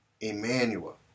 Emmanuel